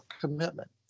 commitment